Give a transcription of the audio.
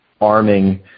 arming